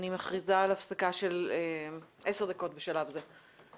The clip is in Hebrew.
אני מכריזה על הפסקה של 10 דקות בשלב זה.